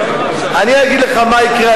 אני אגיד לך מה יקרה,